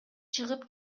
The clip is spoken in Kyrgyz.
чыгып